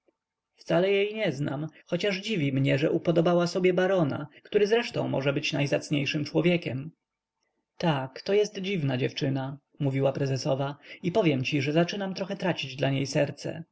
wcale jej nie znam chociaż dziwi mnie że upodobała sobie barona który zresztą może być najzacniejszym człowiekiem tak to jest dziwna dziewczyna mówiła prezesowa i powiem ci że zaczynam tracić dla niej serce